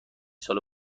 ساله